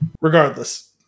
regardless